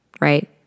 right